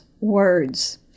words